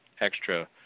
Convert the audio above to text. extra